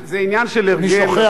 כי אני שוכח שהוא עבר,